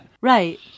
Right